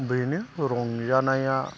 बेनो रंजानाया